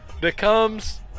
becomes